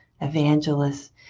evangelists